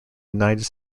united